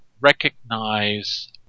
recognize